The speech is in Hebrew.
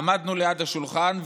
עמדנו ליד השולחן,